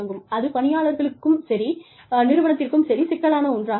அது பணியாளர்களும் சரி நிறுவனத்திற்கும் சரி சிக்கலான ஒன்றாக மாறும்